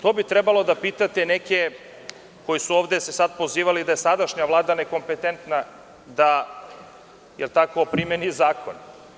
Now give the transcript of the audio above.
To bi trebalo da pitate neke koji su se ovde sada pozivali da je sadašnja Vlada nekompetentna da primeni zakon.